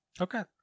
Okay